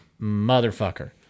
Motherfucker